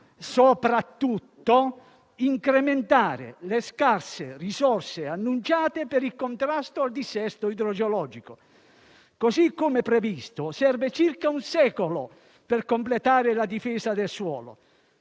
soprattutto incrementare le scarse risorse annunciate per il contrasto al dissesto idrogeologico. Così come previsto, serve circa un secolo per completare la difesa del suolo;